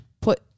put